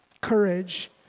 courage